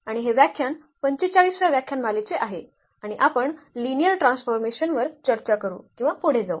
आणि हे व्याख्यान 45 व्या व्याख्यानमालेचे आहे आणि आपण लिनियर ट्रान्सफॉर्मेशनवर चर्चा करू किंवा पुढे जाऊ